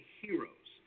heroes